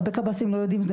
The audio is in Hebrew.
הרבה קב"סים לא יודעים את זה.